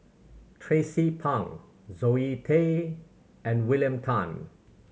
Tracie Pang Zoe Tay and William Tan